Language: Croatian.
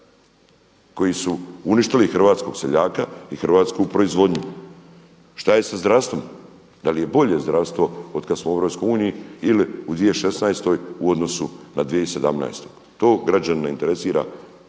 koji su uništili hrvatskog seljaka i hrvatsku proizvodnju. Šta je sa zdravstvom? Da li je bolje zdravstvo od kad smo u EU ili u 2016. u odnosu na 2017.? To građane ne interesira o ulasku